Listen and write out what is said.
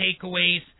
takeaways